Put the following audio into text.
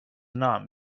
not